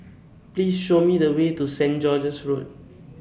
Please Show Me The Way to Saint George's Road